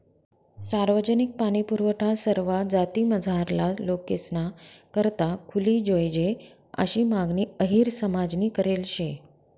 सार्वजनिक पाणीपुरवठा सरवा जातीमझारला लोकेसना करता खुली जोयजे आशी मागणी अहिर समाजनी करेल शे